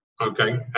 Okay